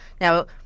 Now